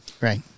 Right